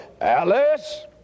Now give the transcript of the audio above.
Alice